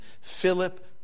Philip